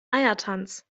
eiertanz